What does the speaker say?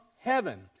heaven